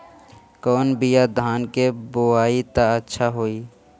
कौन बिया धान के बोआई त अच्छा होई?